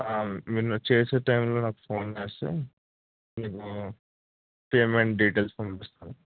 మీరు చేసే టైంలో నాకు ఫోన్ చేస్తే మీకు పేమెంట్ డీటెయిల్స్ పంపిస్తాను